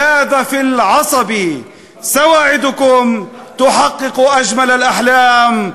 בנחישות, האנשים שאני אוהב, בסבלנות בפני ההתקפות.